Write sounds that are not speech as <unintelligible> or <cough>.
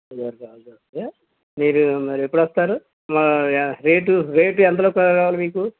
<unintelligible> మీరు మరెప్పుడొస్తారు rate rate ఎంతలో కా కావాలి మీకు